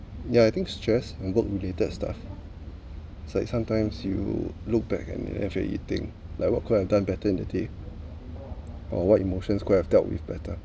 yeah I think stress and work related stuff it's like sometimes you look back and you're eating like what could have done better in that day or what emotions could have dealt with better